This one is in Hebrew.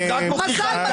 בדיוק.